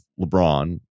LeBron